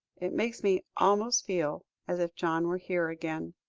it makes me almost feel as if john were here again.